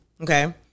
Okay